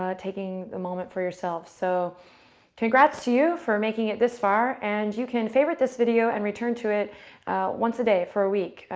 taking a moment for yourself. so congrats to you for making it this far. and you can favorite this video and return to it once a day for a week,